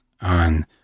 on